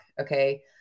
Okay